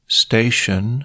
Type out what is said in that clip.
station